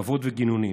כבוד וגינונים